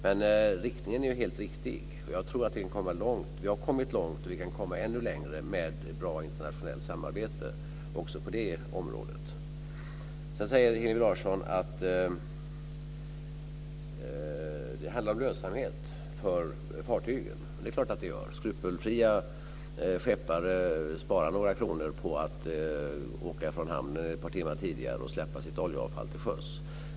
Men riktningen är helt riktig. Jag tror att vi kan komma långt. Vi har kommit långt och vi kan komma ännu längre med bra internationellt samarbete också på detta område. Hillevi Larsson säger att det handlar om lönsamhet för fartygen. Det är klart att det gör. Skrupelfria skeppare sparar några kronor på att åka från hamnen ett par timmar tidigare och släppa sitt oljeavfall till sjöss.